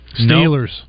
Steelers